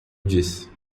disse